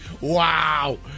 Wow